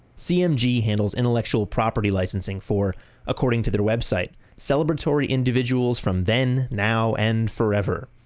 cmg handles intellectual property licensing for according to their website celebratory individuals from then, now and forever.